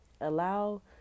allow